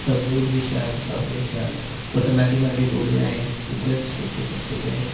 उत्थें बूट बी शैल सब किश शैल उत्थें मैंह्गे मैंह्गे बूट बी ऐ हे उग्गै सस्ते सस्ते बी ऐ हे